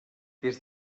des